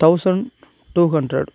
thousand two hundred